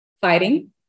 fighting